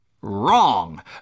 Wrong